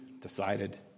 decided